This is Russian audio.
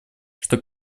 что